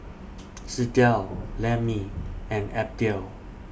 Sydell Lemmie and Abdiel